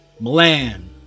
Milan